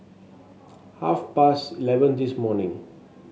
half past eleven this morning